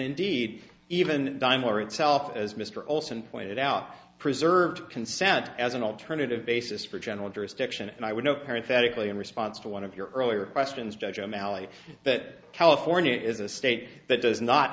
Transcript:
indeed even die more itself as mr olson pointed out preserved consent as an alternative basis for general jurisdiction and i would no parent that equally in response to one of your earlier questions judge o'malley that california is a state that does not